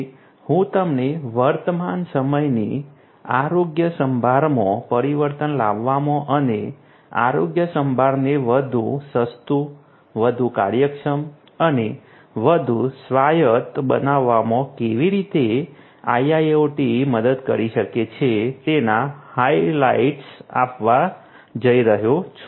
તેથી હું તમને વર્તમાન સમયની આરોગ્યસંભાળમાં પરિવર્તન લાવવામાં અને આરોગ્યસંભાળને વધુ સસ્તું વધુ કાર્યક્ષમ અને વધુ સ્વાયત્ત બનાવવામાં કેવી રીતે IIoT મદદ કરી શકે છે તેના હાઇલાઇટ્સ આપવા જઈ રહ્યો છું